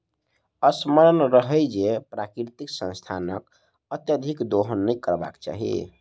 स्मरण रहय जे प्राकृतिक संसाधनक अत्यधिक दोहन नै करबाक चाहि